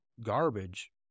garbage